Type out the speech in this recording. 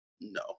no